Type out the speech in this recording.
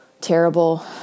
terrible